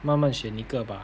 慢慢选一个吧